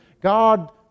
God